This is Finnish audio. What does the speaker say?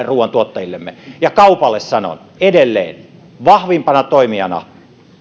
ruuantuottajillemme ja kaupalle sanon edelleen vahvimpana toimijana